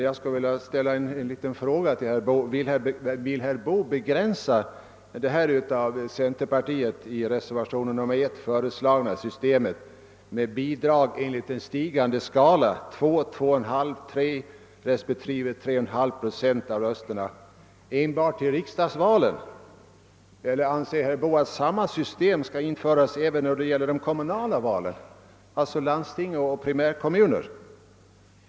Jag skulle vilja fråga herr Boo, om han anser att det av bl.a. centerpartiet i reservationen 1 föreslagna systemet med bidrag enligt en stigande skala — 2, 2 ! 2 procent av rösterna — skall begränsas enbart till riksdagsvalet? Eller anser herr Boo att samma system skall införas även när det gäller val till landsting och primärkommuner?